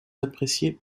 appréciait